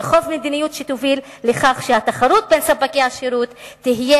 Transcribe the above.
לאכוף מדיניות שתוביל לכך שהתחרות בין ספקי השירות תהיה